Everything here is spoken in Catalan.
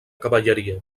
cavalleria